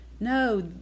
No